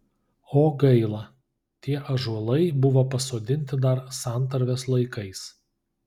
o gaila tie ąžuolai buvo pasodinti dar santarvės laikais